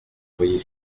voyez